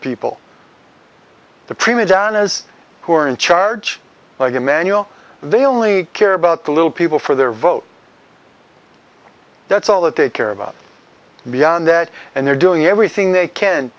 people the prima donnas who are in charge like emanuel they only care about the little people for their vote that's all that they care about beyond that and they're doing everything they can